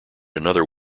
another